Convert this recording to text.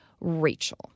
Rachel